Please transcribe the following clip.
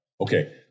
Okay